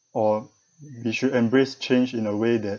or they should embrace change in a way that